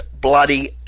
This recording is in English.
bloody